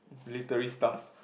military stuff